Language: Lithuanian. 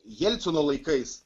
jelcino laikais